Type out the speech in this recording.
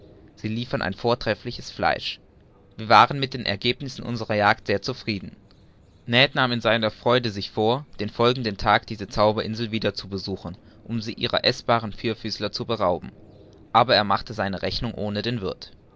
sie liefern ein vortreffliches fleisch wir waren mit den ergebnissen unserer jagd sehr zufrieden ned nahm in seiner freude sich vor den folgenden tag diese zauberinsel wieder zu besuchen um sie ihrer eßbaren vierfüßler zu berauben aber er machte seine rechnung ohne den wirth